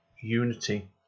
Unity